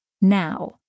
now